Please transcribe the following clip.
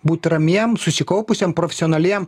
būt ramiem susikaupusiem profesionaliem